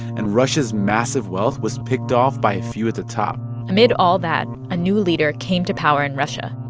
and russia's massive wealth was picked off by a few at the top amid all that, a new leader came to power in russia.